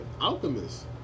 Alchemist